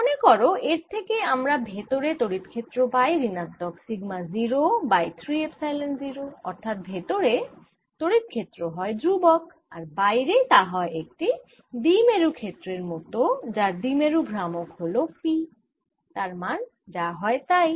মনে করো এর থেকে আমরা ভেতরে তড়িৎ ক্ষেত্র পাই ঋণাত্মক সিগমা 0 বাই 3 এপসাইলন 0 অর্থাৎ ভেতরে তড়িৎ ক্ষেত্র হয় ধ্রুবক আর বাইরে তা হয় একটি দ্বিমেরু ক্ষেত্রের মত যার দ্বিমেরু ভ্রামক হল p তার মান যা হয় তাই